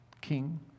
king